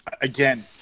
Again